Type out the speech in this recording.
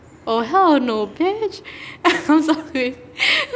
oh hell no bitch I'm sorry